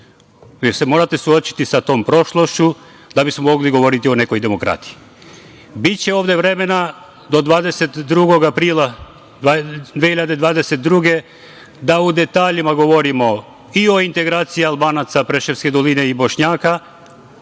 Morate se suočiti sa tom prošlošću da bismo mogli govoriti o nekoj demokratiji. Biće ovde vremena do 22. aprila 2022. godine da u detaljima govorimo i o integraciji Albanaca Preševske doline i Bošnjaka.